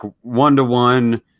one-to-one